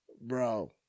Bro